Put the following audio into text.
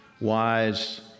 wise